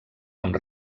amb